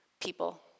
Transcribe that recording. people